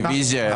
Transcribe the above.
רוויזיה.